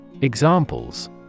Examples